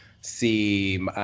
see